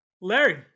Larry